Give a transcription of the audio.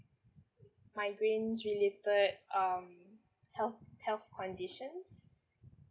migraines related um health health conditions